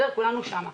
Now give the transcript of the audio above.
כולנו שם.